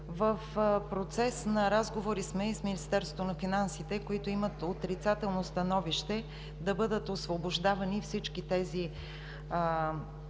В процес на разговори сме и с Министерството на финансите, които имат отрицателно становище да бъдат освобождавани всички тези